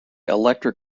electric